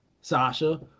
Sasha